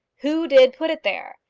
who did put it there?